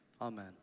amen